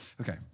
Okay